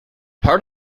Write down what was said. part